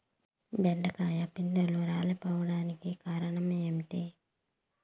బెండకాయ పిందెలు రాలిపోవడానికి కారణం ఏంటి?